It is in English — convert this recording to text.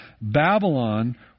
Babylon